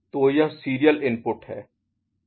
तो यह serial input है